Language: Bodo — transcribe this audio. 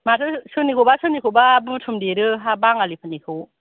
माथो सोरनिखौबा सोरनिखौबा बुथुमदेरो हा बाङालिफोरनिखौ